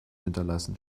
hinterlassen